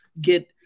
get